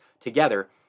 together